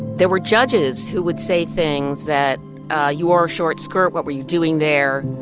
there were judges who would say things that ah you wore a short skirt. what were you doing there?